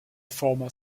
former